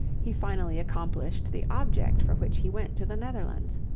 he finally accomplished the object for which he went to the netherlands.